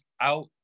out